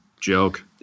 joke